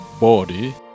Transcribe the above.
body